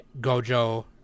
Gojo